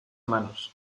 manos